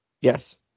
Yes